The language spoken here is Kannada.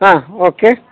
ಹಾಂ ಓಕೆ